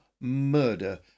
murder